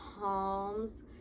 calms